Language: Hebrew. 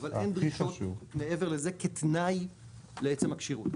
אבל אין דרישות מעבר לזה כתנאי לעצם הכשירות.